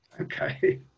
Okay